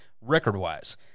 record-wise